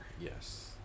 Yes